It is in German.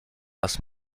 was